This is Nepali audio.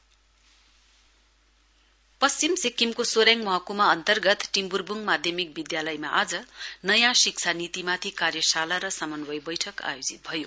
वर्कसप पश्चिम सिक्किमको सोरेङ महकुमा अन्तर्गत टिम्ब्रब्ङ माध्यमिक विधालयमा आज नयाँ शिक्षा नीतिमाथि कार्यशाला र समन्वय बैठक आयोजित भयो